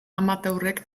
amateurrek